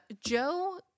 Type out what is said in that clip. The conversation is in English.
joe